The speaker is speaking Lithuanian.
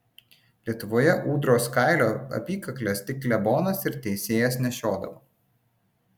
lietuvoje ūdros kailio apykakles tik klebonas ir teisėjas nešiodavo